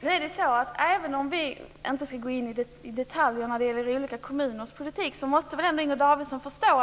Fru talman! Även om vi inte ska gå in i detaljer när det gäller olika kommuners politik måste ändå Inger Davidson förstå